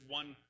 one